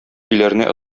өйләренә